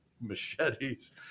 machetes